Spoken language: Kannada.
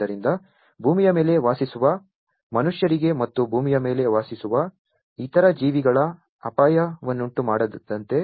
ಆದ್ದರಿಂದ ಭೂಮಿಯ ಮೇಲೆ ವಾಸಿಸುವ ಮನುಷ್ಯರಿಗೆ ಮತ್ತು ಭೂಮಿಯ ಮೇಲೆ ವಾಸಿಸುವ ಇತರ ಜೀವಿಗಳಿಗೆ ಅಪಾಯವನ್ನುಂಟುಮಾಡದಂತೆ